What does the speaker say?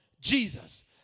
Jesus